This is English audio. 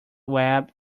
web